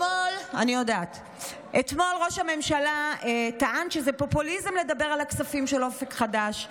אתמול ראש הממשלה טען שזה פופוליזם לדבר על הכספים של אופק חדש,